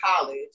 college